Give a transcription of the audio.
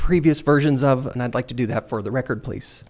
previous versions of and i'd like to do that for the record police